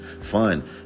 Fun